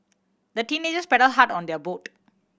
the teenagers paddled hard on their boat